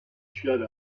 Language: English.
shut